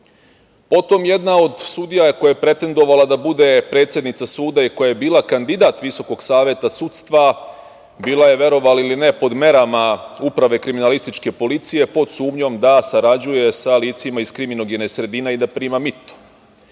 glas. Potom, jedna od sudija koja je pretendovala da bude predsednica suda, koja je bila kandidat VSS, bila je, verovali ili ne, pod merama uprave kriminalističke policije pod sumnjom da sarađuje sa licima iz kriminogene sredine i da prima mito.